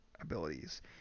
abilities